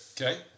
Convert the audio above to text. Okay